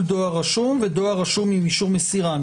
דואר רשום ודואר רשום עם אישור מסירה.